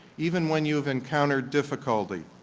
even when you've encountered difficulty.